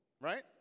right